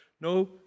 no